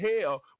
hell